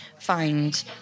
find